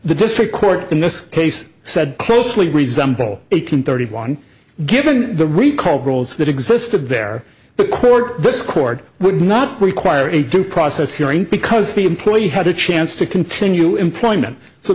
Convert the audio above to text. the district court in this case said closely resemble eight hundred thirty one given the recall girls that existed there the court this court would not require a due process hearing because the employee had a chance to continue employment so